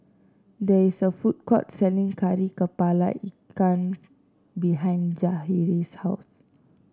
there is a food court selling Kari kepala Ikan behind Jahir's house